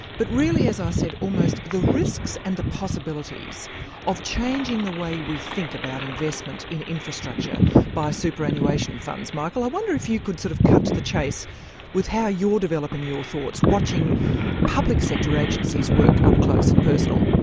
but really, as i said, almost the risks and the possibilities of changing the way we think about investment in infrastructure by superannuation funds. michael, i wonder if you could sort of cut to the chase with how you're developing your thoughts, watching public sector agencies work, up close and personal.